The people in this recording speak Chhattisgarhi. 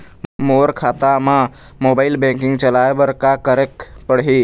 मोर खाता मा मोबाइल बैंकिंग चलाए बर का करेक पड़ही?